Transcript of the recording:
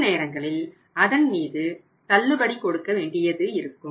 சில நேரங்களில் அதன் மீது தள்ளுபடி கொடுக்க வேண்டியதிருக்கும்